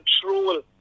control